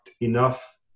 enough